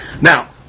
now